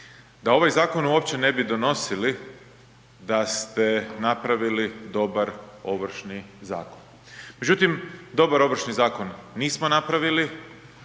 da ovaj zakon uopće ne bi donosili da ste napravili dobar Ovršni zakon. Međutim, dobar Ovršni zakon nismo napravili,